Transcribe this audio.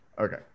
Okay